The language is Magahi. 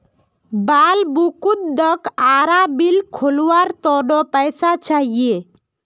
बालमुकुंदक आरा मिल खोलवार त न पैसा चाहिए